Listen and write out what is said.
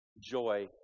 joy